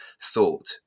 thought